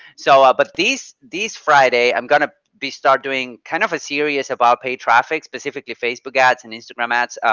so but these these friday, i'm going to be start doing kind of a serious about paid traffic, specifically facebook ads and instagram ads.